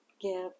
give